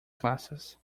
classes